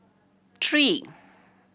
three